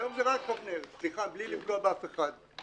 היום זה רק אבנר, בלי לפגוע באף אחד.